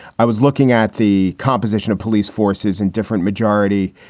i was looking at the composition of police forces and different majority,